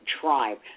tribe